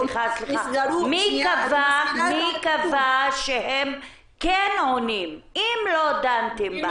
מי קבע שהם עונים, אם לא דנתן בהם?